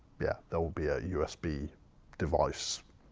yeah, there will be a usb device,